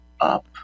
up